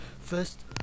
first